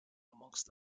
amongst